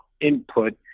input